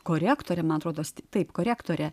korektorė man rodos taip korektore